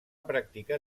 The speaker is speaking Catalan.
practicar